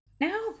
now